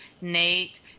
nate